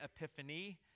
Epiphany